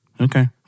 okay